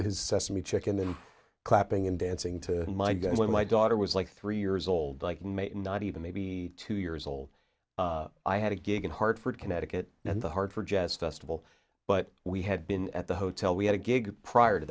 sesame chicken and clapping and dancing to my guns when my daughter was like three years old like maybe not even maybe two years old i had a gig in hartford connecticut and the hard for jazz festival but we had been at the hotel we had a gig prior to